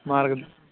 मार्गं